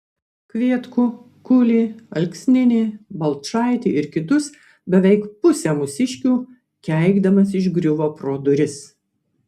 kvietkų kulį alksninį balčaitį ir kitus beveik pusę mūsiškių keikdamas išgriuvo pro duris